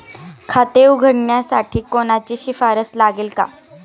खाते उघडण्यासाठी कोणाची शिफारस लागेल का?